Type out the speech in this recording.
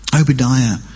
Obadiah